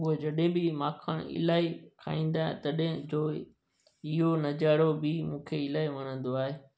उअ जॾहिं बि माखण इलाही खाईंदा तॾहिं जो इहो नजारो बि मूंखे इलाही वणंदो आहे